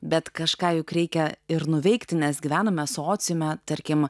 bet kažką juk reikia ir nuveikti nes gyvename sociume tarkim